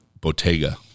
Bottega